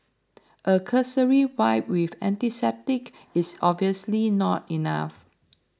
a cursory wipe with antiseptic is obviously not enough